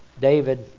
David